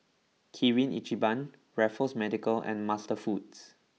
Kirin Ichiban Raffles Medical and MasterFoods